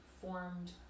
formed